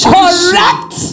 correct